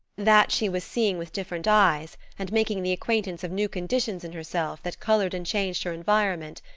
that she was seeing with different eyes and making the acquaintance of new conditions in herself that colored and changed her environment,